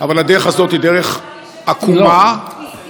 אבל הדרך הזאת היא דרך עקומה ומעוותת.